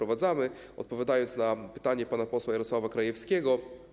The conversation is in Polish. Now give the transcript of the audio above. Odpowiadam na pytanie pana posła Jarosława Krajewskiego.